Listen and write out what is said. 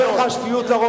אם אדוני לא רוצה לשמוע,